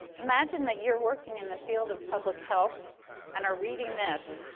imagine that you're working in the field of public health and are reading this.